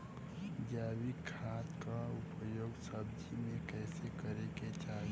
जैविक खाद क उपयोग सब्जी में कैसे करे के चाही?